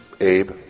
Abe